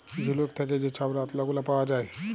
ঝিলুক থ্যাকে যে ছব রত্ল গুলা পাউয়া যায়